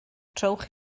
trowch